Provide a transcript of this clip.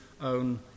own